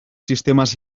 sistemes